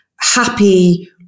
happy